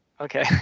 Okay